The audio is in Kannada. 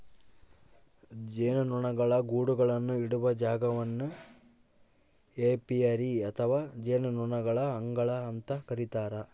ಜೇನುನೊಣಗಳ ಗೂಡುಗಳನ್ನು ಇಡುವ ಜಾಗವನ್ನು ಏಪಿಯರಿ ಅಥವಾ ಜೇನುನೊಣಗಳ ಅಂಗಳ ಅಂತ ಕರೀತಾರ